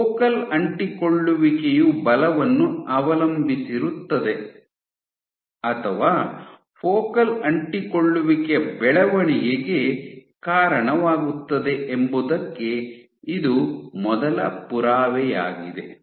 focal ಅಂಟಿಕೊಳ್ಳುವಿಕೆಯು ಬಲವನ್ನು ಅವಲಂಬಿಸಿರುತ್ತದೆ ಅಥವಾ ಫೋಕಲ್ ಅಂಟಿಕೊಳ್ಳುವಿಕೆಯ ಬೆಳವಣಿಗೆಗೆ ಕಾರಣವಾಗುತ್ತದೆ ಎಂಬುದಕ್ಕೆ ಇದು ಮೊದಲ ಪುರಾವೆಯಾಗಿದೆ